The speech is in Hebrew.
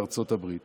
לארצות הברית